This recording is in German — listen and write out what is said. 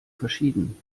verschieden